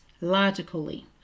logically